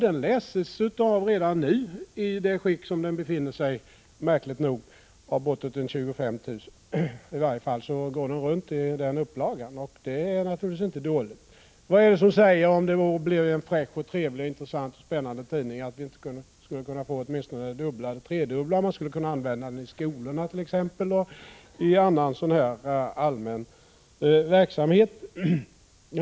Den läses redan nu, i det skick den befinner sig i, märkligt nog av bortåt 25 000 personer. Den distribueras i varje fall i den upplagan, och det är naturligtvis inte dåligt. Om det blev en fräck, trevlig, intressant och spännande tidning — vad är det som säger att vi då inte skall kunna få åtminstone den dubbla eller tredubbla upplagan? Man skulle kunna använda tidningen i skolorna och i annan allmän verksamhet.